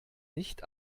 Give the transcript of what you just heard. nicht